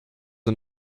and